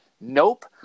Nope